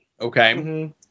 okay